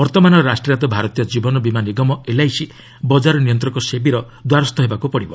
ବର୍ତ୍ତମାନ ରାଷ୍ଟ୍ରାୟତ୍ତ ଭାରତୀୟ କ୍ରୀବନ ବୀମା ନିଗମ ଏଲ୍ଆଇସି ବକାର ନିୟନ୍ତ୍ରକ ସେବିର ଦ୍ୱାରସ୍ଥ ହେବାକୁ ପଡ଼ିବ